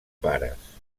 pares